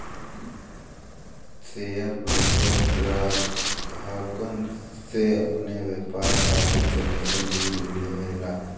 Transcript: share broker ग्राहकन से उनके व्यापार खातिर कमीशन भी लेवला